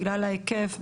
בגלל ההיקף,